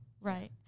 right